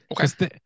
Okay